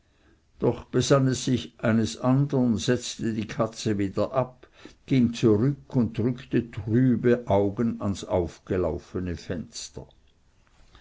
doch besann es sich eines andern setzte die katze wieder ab ging zurück und drückte trübe augen ans angelaufene fenster